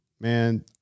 man